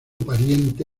pariente